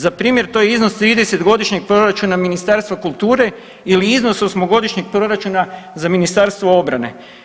Za primjer to je iznos 30 godišnjeg proračuna Ministarstva kulture ili iznos 8 godišnjeg proračuna za Ministarstvo obrane.